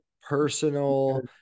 Personal